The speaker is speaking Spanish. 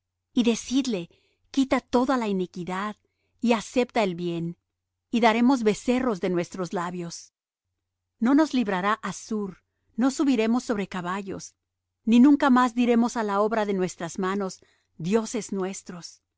y decidle quita toda iniquidad y acepta el bien y daremos becerros de nuestros labios no nos librará assur no subiremos sobre caballos ni nunca más diremos á la obra de nuestras manos dioses nuestros